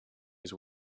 his